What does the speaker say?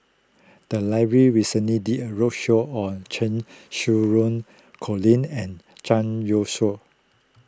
the library recently did a roadshow on Cheng Xinru Colin and Zhang Youshuo